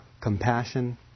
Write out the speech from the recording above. compassion